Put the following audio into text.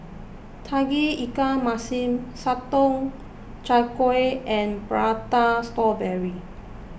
Tauge Ikan Masin Sotong Char Kway and Prata Strawberry